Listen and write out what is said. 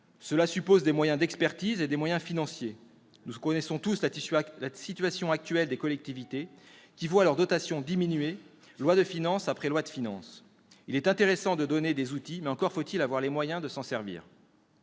Cela suppose des moyens d'expertise et des moyens financiers. Nous connaissons tous la situation actuelle des collectivités qui voient leurs dotations diminuer, loi de finances après loi de finances. Il est intéressant de donner des outils, mais encore faut-il avoir les moyens de s'en servir.